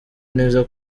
neza